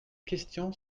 question